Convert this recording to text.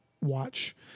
watch